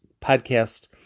podcast